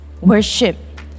worship